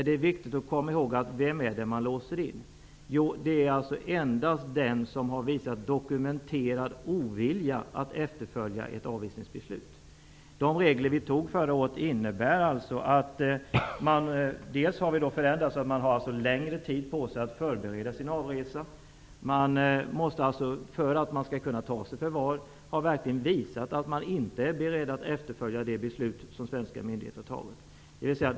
Det är viktigt att komma ihåg vem det är som låses in. Det är endast den som har visat dokumenterad ovilja att efterfölja ett avvisningsbeslut. De regler som antogs förra året innebär att de som skall avvisas får längre tid på sig att förbereda avresan. För att de skall tas i förvar måste de verkligen visa att de inte är beredda att efterfölja de beslut som svenska myndigheter har fattat.